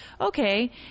Okay